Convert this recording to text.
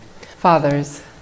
fathers